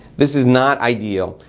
this is not ideal,